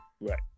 Right